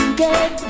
get